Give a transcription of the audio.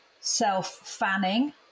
self-fanning